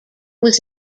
was